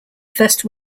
first